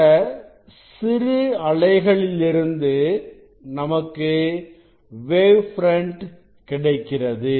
இந்த சிறு அலைகளிலிருந்து நமக்கு வேவ் ஃபிரண்ட் கிடைக்கிறது